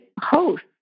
host